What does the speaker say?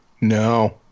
No